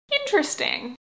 Interesting